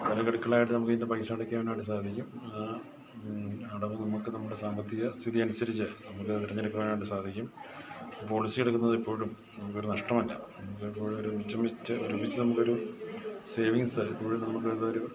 പല ഗഡുക്കളായിട്ട് നമുക്കിതിൻ്റെ പൈസ അടക്കാനായിട്ട് സാധിക്കും അടവ് നമുക്ക് നമ്മുടെ സാമ്പത്തിക സ്ഥിതിയനുസരിച്ച് നമുക്ക് തിരഞ്ഞെടുക്കുവാനായിട്ട് സാധിക്കും പോളിസിയെടുക്കുന്നത് എപ്പോഴും നമുക്കൊരു നഷ്ടമല്ല നമുക്കെപ്പോഴും ഒരു മിച്ചം വെച്ചു ഒരുമിച്ച് നമുക്കൊരു സേവിങ്സ് എപ്പോഴും നമുക്കതൊരു